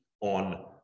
on